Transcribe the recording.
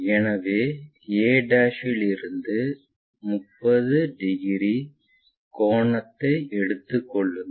எனவே a இதிலிருந்து 30 degree கோணத்தை எடுத்துக் கொள்ளுங்கள்